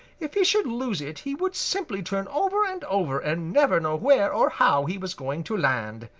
if he should lose it he would simply turn over and over and never know where or how he was going to land.